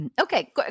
Okay